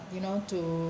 you know to